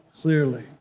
clearly